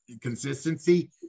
consistency